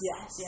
Yes